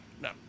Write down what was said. no